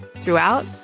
Throughout